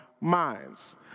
minds